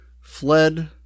fled